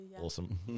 awesome